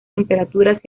temperaturas